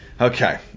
Okay